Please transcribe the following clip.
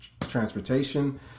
transportation